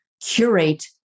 curate